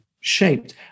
shaped